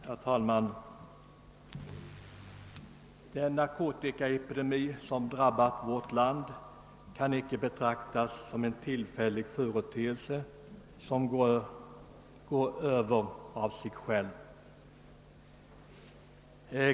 Herr talman! Den narkotikaepidemi som drabbat vårt land kan inte betraktas som en tillfällig företeelse som går över av sig själv.